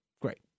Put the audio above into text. Great